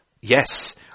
yes